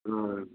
ହୁଁ